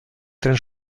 tren